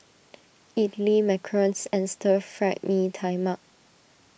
Idly Macarons and Stir Fried Mee Tai Mak